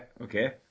okay